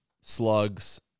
slugs